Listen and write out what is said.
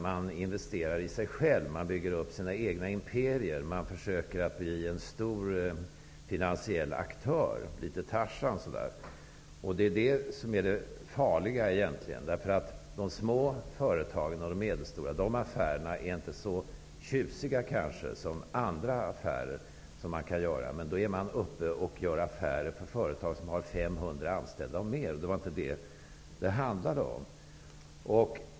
Man investerar i sig själv. Man bygger upp sina egna imperier. Man försöker bli en stor finansiell aktör. Det är litet Tarzan över det hela. Det är farligt. Affärer med små och medelstora företag är kanske inte så tjusiga som andra affärer som man kan göra. Man gör i stället affärer med företag som har 500 anställda och ännu fler, och det var inte det som var meningen.